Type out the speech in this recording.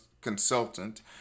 consultant